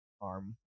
arm